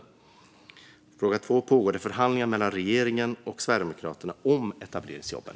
Den andra frågan är: Pågår det förhandlingar mellan regeringen och Sverigedemokraterna om etableringsjobben?